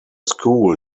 school